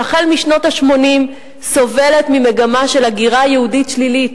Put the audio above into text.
שמשנות ה-80 סובלת ממגמה של הגירה יהודית שלילית.